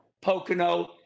Pocono